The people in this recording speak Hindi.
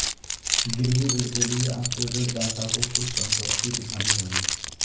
गिरवी ऋण के लिए आपको ऋणदाता को कुछ संपत्ति दिखानी होगी